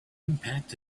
impact